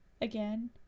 again